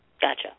Gotcha